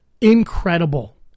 incredible